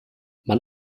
man